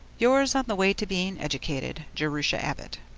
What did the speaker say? yours, on the way to being educated, jerusha abbott